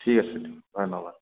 ঠিক আছে ধন্যবাদ